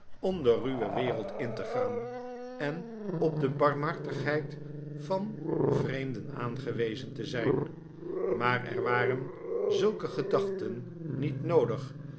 om de ruwe wereld in te gaan en op de barmhartigheid van vreemden aangewezen te zijn maar er waxen zulke gedachten niet noodig